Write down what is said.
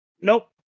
Nope